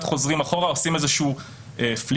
חוזרים אחורה ועושים איזשהו פליק-פלאק,